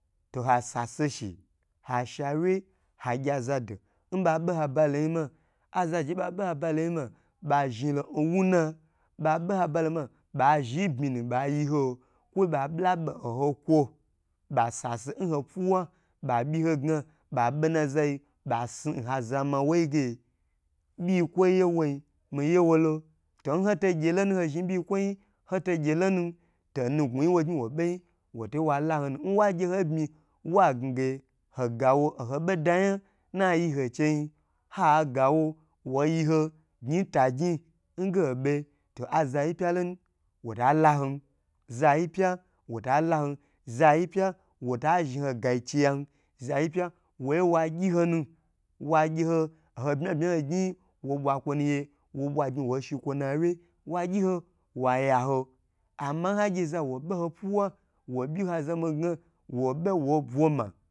To ha sa se she hashe wye haye zada nba be haba loyin ma azaje nbabe ha baloyi ma ba zhn lo nwn na babe ha ha zhi n bmi nu ba yiho kwo bala be nho kwo ba sa se nho fuwa ba byi hoga babe na za yi ba si n ho za ma hoyi ge byi kwo ye wo yi miye wolo to n hoto gye lon to nuguyin wo gni wo bei wota yi wa la ho nu nwe gye ho bmi wa ga ge be hogawo oho boda yan na yi ho chei ha gawo yi j ta gni ge ho be to azayi pma lonu wota laho za yi pya wota laho zayi pya wota zhn ho gai ci yam zayi pya woye wa gyi honu wa gye ho oho bye bye ho gni wo bwa kwo nu ye wo gni wo shi kwo nuwye wagyiho wa ya ho ama nha gye za wohoho puwa wo byi ho zama ga